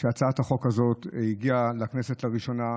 כשהצעת החוק הזאת הגיעה לכנסת לראשונה,